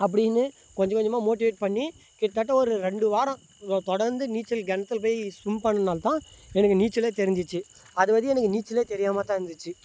அப்படினு கொஞ்ச கொஞ்சமாக மோட்டிவேட் பண்ணி கிட்டத்தட்ட ஒரு ரெண்டு வாரம் தொடர்ந்து நீச்சல் கிணத்துல போய் ஸ்விம் பண்ணால்தான் எனக்கு நீச்சலே தெரிஞ்சிச்சு அது வரையும் எனக்கு நீச்சலே தெரியாமல் தான் இருந்துச்சு